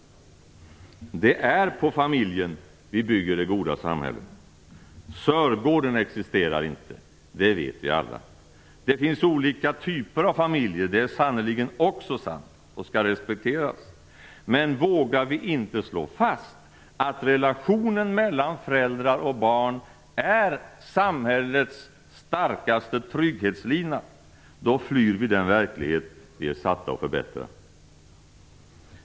Det är på familjen vi bygger det goda samhället. Sörgården existerar inte. Det vet vi alla. Det finns olika typer av familjer. Det är sannerligen också sant och skall respekteras. Men vågar vi inte slå fast att relationen mellan föräldrar och barn är samhällets starkaste trygghetslina flyr vi den verklighet vi är satta att förbättra.